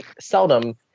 seldom